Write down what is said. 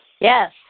Yes